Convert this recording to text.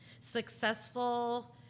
Successful